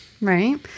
right